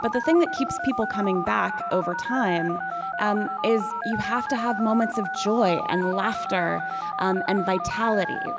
but the thing that keeps people coming back over time um is, you have to have moments of joy and laughter um and vitality.